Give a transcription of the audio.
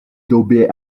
době